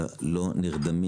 אלא לא נרדמים,